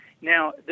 Now